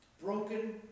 broken